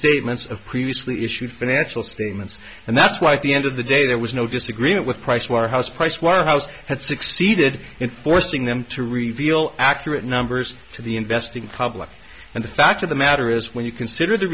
restatements of previously issued financial statements and that's why at the end of the day there was no disagreement with pricewaterhouse pricewaterhouse had succeeded in forcing them to reveal accurate numbers to the investing public and the fact of the matter is when you consider the